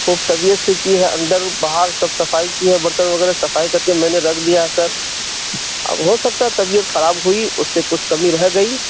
خوب طبیعت سے کی ہے اندر باہر سب صفائی کی ہے برتن وغیرہ صفائی کر کے میں نے رکھ دیا ہے سر اب ہو سکتا ہے طبیعت خراب ہوئی اس سے کچھ کمی رہ گئی